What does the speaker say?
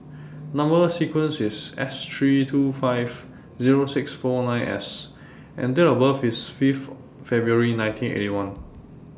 Number sequence IS S three two five Zero six four nine S and Date of birth IS five February nineteen Eighty One